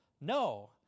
No